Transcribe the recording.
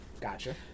Gotcha